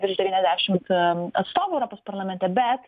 virš devyniasdešimt atstovų europos parlamente bet